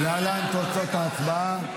להלן תוצאות ההצבעה: